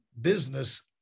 business